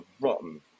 rotten